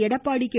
Edappadi K